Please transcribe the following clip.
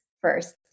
first